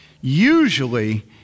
usually